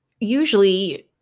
usually